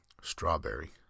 strawberry